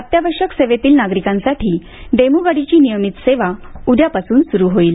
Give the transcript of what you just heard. अत्यावश्यक सेवेतील नागरिकांसाठी डेमु गाडीची नियमित सेवा उद्यापासून सुरू होईल